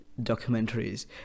documentaries